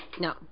No